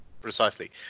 Precisely